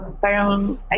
parang